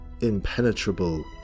impenetrable